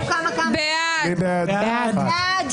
מי נגד?